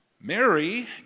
Mary